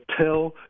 tell